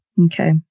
Okay